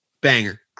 Banger